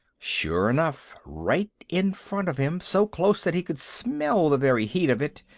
sure enough, right in front of him, so close that he could smell the very heat of it,